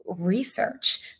research